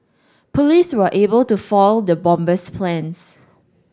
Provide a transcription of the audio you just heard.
police were able to foil the bomber's plans